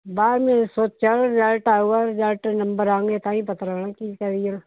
ਬਾਰਵੀਂ ਸੋਚਾਂਗੇ ਰਿਜਲਟ ਆਵੇਗਾ ਰਿਜਲਟ ਨੰਬਰ ਆਉਣਗੇ ਤਾਂ ਹੀ ਪਤਾ ਹੋਣਾ ਕੀ ਕਰੀਏ